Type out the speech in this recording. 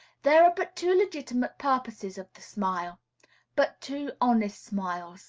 there are but two legitimate purposes of the smile but two honest smiles